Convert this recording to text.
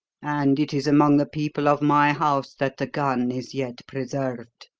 and it is among the people of my house that the gun is yet preserved.